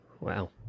Wow